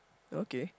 okay